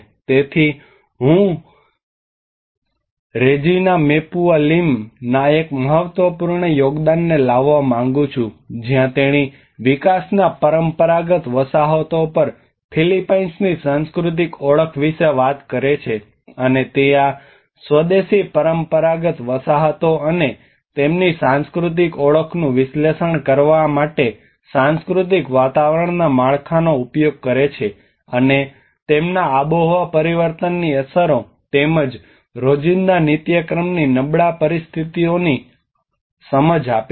તેથી હું Regina Mapua લિમના એક મહત્વપૂર્ણ યોગદાનને લાવવા માંગુ છું જ્યાં તેણી વિકાસના પરંપરાગત વસાહતો પર ફિલિપાઇન્સની સાંસ્કૃતિક ઓળખ વિશે વાત કરે છે અને તે આ સ્વદેશી પરંપરાગત વસાહતો અને તેમની સાંસ્કૃતિક ઓળખનું વિશ્લેષણ કરવા માટે સાંસ્કૃતિક વાતાવરણના માળખાનો ઉપયોગ કરે છે અને તેમના આબોહવા પરિવર્તનની અસરો તેમજ રોજિંદા નિત્યક્રમની નબળા પરિસ્થિતિઓ અંગેની સમજ આપે છે